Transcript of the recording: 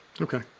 Okay